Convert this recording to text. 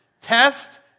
Test